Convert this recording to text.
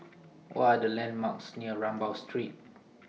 What Are The landmarks near Rambau Street